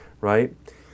Right